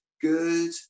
good